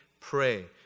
pray